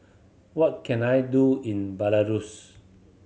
what can I do in Belarus